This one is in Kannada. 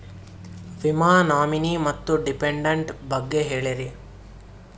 ವಿಮಾ ನಾಮಿನಿ ಮತ್ತು ಡಿಪೆಂಡಂಟ ಬಗ್ಗೆ ಹೇಳರಿ?